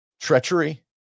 treachery